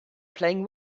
playing